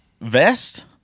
vest